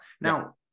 Now